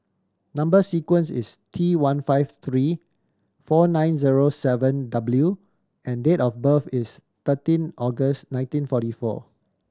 number sequence is T one five three four nine zero seven W and date of birth is thirteen August nineteen forty four